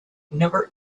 never